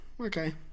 okay